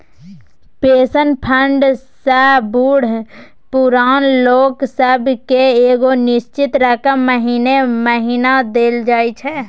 pension fund सँ बूढ़ पुरान लोक सब केँ एगो निश्चित रकम महीने महीना देल जाइ छै